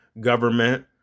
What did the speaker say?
government